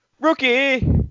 Rookie